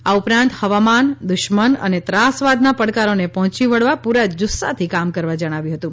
આ ઉપરાંત હવામાન દુશ્મન અને ત્રાસવાદના પડકારોને પહોંચી વળવા પૂરા જુસ્સાથી કામ કરવા જણાવ્યું હતું